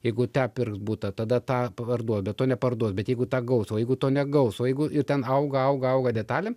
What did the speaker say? jeigu tą pirks butą tada tą parduos bet to neparduos bet jeigu tą gaus o jeigu to negaus o jeigu ir ten auga auga auga detalėm